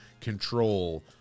control